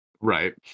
Right